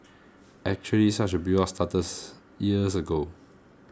actually such a buildup starts years ago